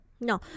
No